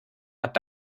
hat